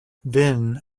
then